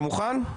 אתה מוכן?